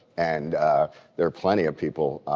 and there are plenty of people.